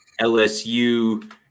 LSU